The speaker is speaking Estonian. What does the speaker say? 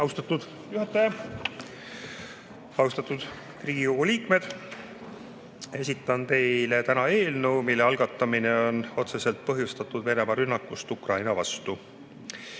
Austatud juhataja! Austatud Riigikogu liikmed! Esitan teile täna eelnõu, mille algatamine on otseselt põhjustatud Venemaa rünnakust Ukraina vastu.